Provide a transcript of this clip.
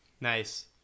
Nice